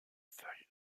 feuilles